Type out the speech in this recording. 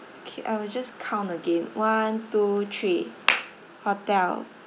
K I will just count again one two three hotel